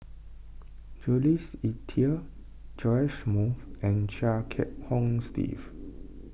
Jules Itier Joash Moo and Chia Kiah Hong Steve